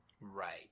Right